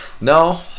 No